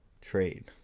trade